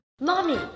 Mommy